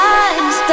eyes